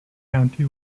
county